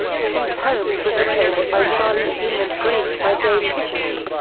st. holmes was replaced by charlie huhn and grange by dave kiswiney.